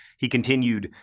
he continued,